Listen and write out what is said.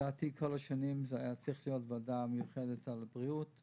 לדעתי במשך כל השנים הייתה צריכה להיות ועדה מיוחדת בנושא הבריאות,